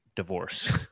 Divorce